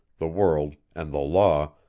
the world, and the law,